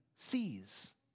Sees